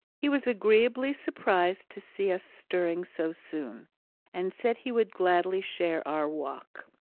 he was agreeably surprised to see us stirring so soon and said he would gladly share our walk.